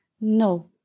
no